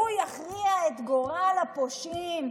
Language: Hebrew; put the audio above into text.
שהוא יכריע את גורל הפושעים,